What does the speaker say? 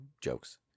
jokes